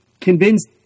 convinced